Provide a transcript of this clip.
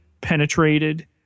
penetrated